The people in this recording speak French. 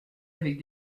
avec